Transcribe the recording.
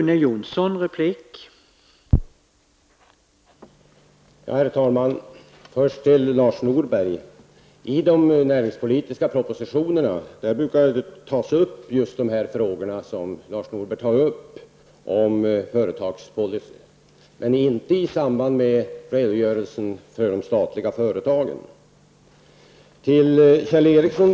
Herr talman! Låt mig först säga följande till Lars Norberg. I de näringspolitiska propositionerna brukar man behandla just de frågor som Lars Norberg här berör beträffande företagspolicy. Men det sker inte i samband med redogörelser för de statliga företagens verksamhet.